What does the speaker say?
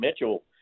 Mitchell